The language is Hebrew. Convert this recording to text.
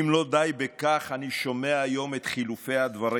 אם לא די בכך, אני שומע היום את חילופי הדברים.